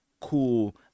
cool